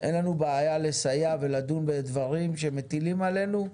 אין לנו בעיה לסייע ולדון בדברים שמטילים עלינו.